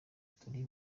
turi